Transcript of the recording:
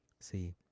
See